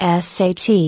SAT